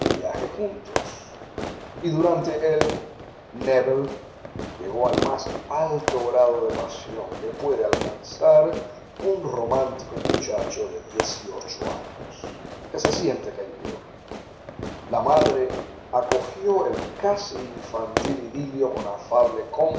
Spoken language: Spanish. viaje juntos y durante él nébel llegó al más alto grado de pasión que puede alcanzar un romántico muchacho de años que se siente querido la madre acogió el casi infantil idilio con afable